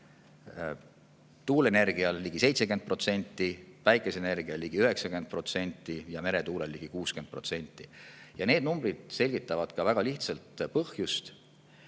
tuuleenergial ligi 70%, päikeseenergial ligi 90% ja meretuulel ligi 60%. Need numbrid selgitavad ka väga lihtsalt põhjust,